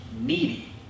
needy